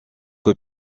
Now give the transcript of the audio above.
que